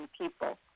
people